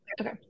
Okay